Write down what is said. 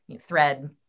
thread